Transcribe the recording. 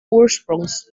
ursprungs